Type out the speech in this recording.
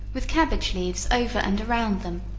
with cabbage leaves over and around them,